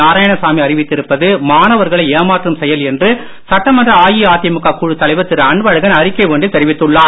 நாராயணசாமி அறிவித்திருப்பது மாணவர்களை ஏமாற்றும் செயல் என்று சட்டமன்ற அதிமுக குழு தலைவர் திரு அன்பழகன் அறிக்கை ஒன்றில் தெரிவித்துள்ளார்